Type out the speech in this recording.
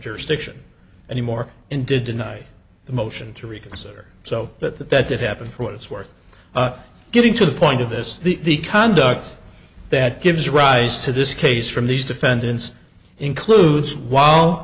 jurisdiction anymore and did deny the motion to reconsider so that that did happen for what it's worth getting to the point of this the conduct that gives rise to this case from these defendants includes while